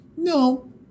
No